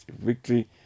Victory